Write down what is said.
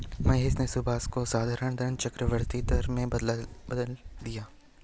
महेश ने सुभाष को साधारण दर चक्रवर्ती दर में अंतर बताएं